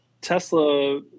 tesla